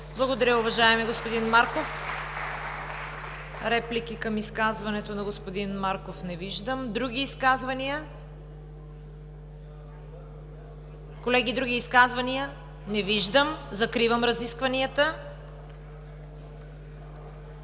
Благодаря, уважаеми господин Марков. Реплики към изказването на господин Марков? Не виждам. Колеги, други изказвания? Закривам разискванията.